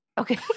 Okay